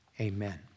amen